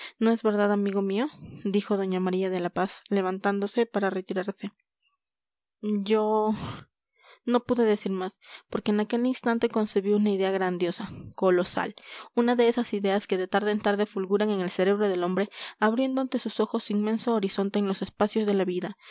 no es verdad amigo mío dijo doña maría de la paz levantándose para retirarse yo no pude decir más porque en aquel instante concebí una idea grandiosa colosal una de esas ideas que de tarde en tarde fulguran en el cerebro del hombre abriendo ante sus ojos inmenso horizonte en los espacios de la vida